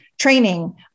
training